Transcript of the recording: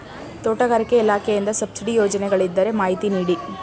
ತೋಟಗಾರಿಕೆ ಇಲಾಖೆಯಿಂದ ಸಬ್ಸಿಡಿ ಯೋಜನೆಗಳಿದ್ದರೆ ಮಾಹಿತಿ ನೀಡಿ?